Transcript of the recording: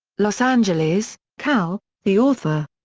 los angeles, cal the author.